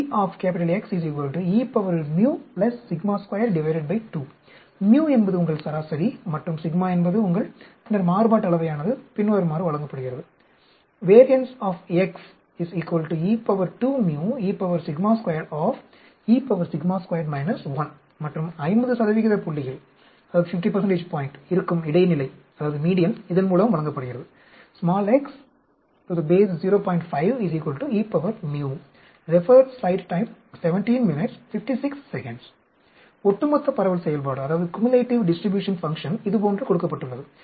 μ என்பது உங்கள் சராசரி மற்றும் என்பது உங்கள் பின்னர் மாறுபாட்டு அளவையானது பின்வருமாறு வழங்கப்படுகிறது மற்றும் 50 புள்ளியில் 50 point இருக்கும் இடைநிலை இதன் மூலம் வழங்கப்படுகிறது ஒட்டுமொத்த பரவல் செயல்பாடு இதுபோன்று கொடுக்கப்பட்டுள்ளது